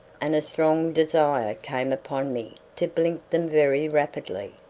and a strong desire came upon me to blink them very rapidly.